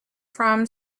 from